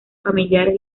familiares